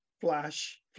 flash